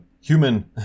human